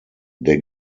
der